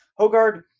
Hogard